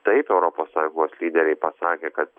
taip europos sąjungos lyderiai pasakė kad